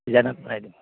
ডিজাইনত বনাই দিম